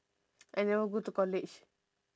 I never go to college